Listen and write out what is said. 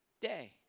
day